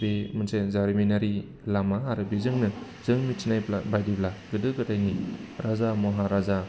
बे मोनसे जारिमिनारि लामा आरो बेजोंनो जों मिथिनाय बायदिब्ला गोदो गोदायनि राजा महाराजाफ्रा